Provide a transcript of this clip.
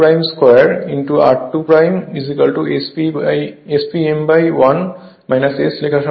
সুতরাং 3 I2 2 r2 SP m1 S লেখা সম্ভব